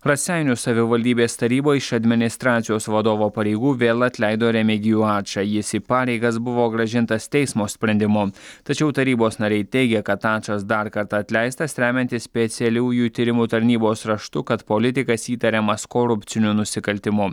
raseinių savivaldybės taryba iš administracijos vadovo pareigų vėl atleido remigijų ačą jis į pareigas buvo grąžintas teismo sprendimu tačiau tarybos nariai teigia kad ačas dar kartą atleistas remiantis specialiųjų tyrimų tarnybos raštu kad politikas įtariamas korupciniu nusikaltimu